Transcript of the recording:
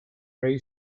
ray